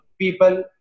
people